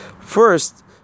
First